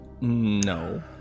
no